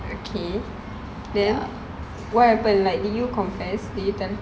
okay then what happened like did you confess did you tell him